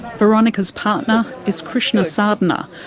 veronica's partner is krishna sadhana,